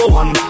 one